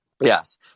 yes